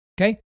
Okay